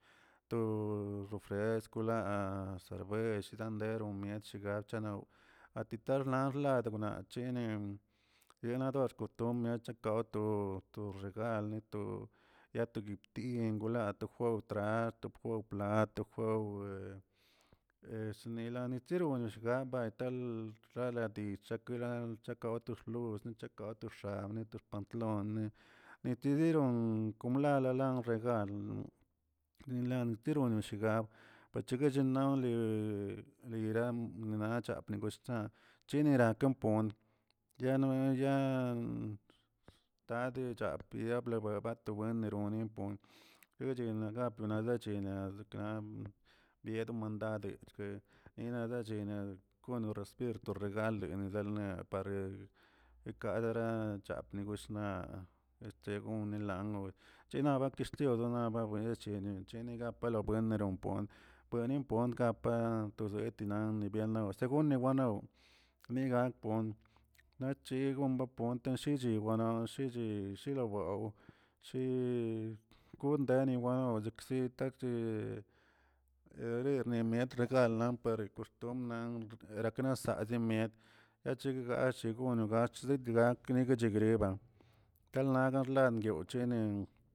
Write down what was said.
To rofueskwꞌ na sherbesinaꞌ teron miet chiat atitanrlad naꞌ cheneꞌn chenamiaw porton loto to regali to ya to dibtingə la to juwewtra to juwew plat to juwew chnilani chero xgabay tal xaladich chak na chjakawtolw niche kawto xaa to xpantalonneꞌ, nitederon mulala lrey, dilantero noshgab pachegueche nonli niram nachampenon chiniraken pon, yano yaa tadi chapliatla webatorineroni, guchini gaolenaneꞌ benele gaplə pied mandade nirala cheni gono to recibir to tegaldenlə ne parə ekadera tapne goshnaꞌa nechegonelangoo china batextin dona bawenechi gochene gape lowen rompon bueni pontgapka tozetinan nabienꞌ segune wannaꞌ ni gak gon naꞌ che gonba pon shichiwana shi- shi- xilawao, shi gondeni wan dekzi takee neree nimiet chzal lan par got erakzananim echiggachi gonoꞌ lach zitlatꞌ teguechigrban, talnada rlaa yoochenen.